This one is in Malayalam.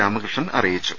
രാമകൃഷ്ണൻ അറിയിച്ചു